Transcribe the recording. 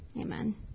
Amen